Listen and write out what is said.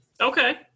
okay